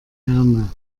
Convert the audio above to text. herne